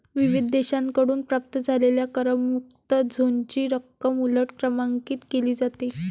विविध देशांकडून प्राप्त झालेल्या करमुक्त झोनची रक्कम उलट क्रमांकित केली जाते